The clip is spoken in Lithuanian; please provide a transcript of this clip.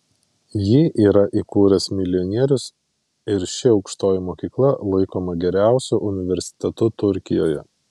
jį yra įkūręs milijonierius ir ši aukštoji mokykla laikoma geriausiu universitetu turkijoje